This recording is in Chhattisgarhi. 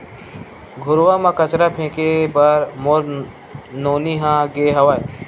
घुरूवा म कचरा फेंके बर मोर नोनी ह गे हावय